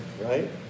right